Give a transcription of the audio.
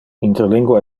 interlingua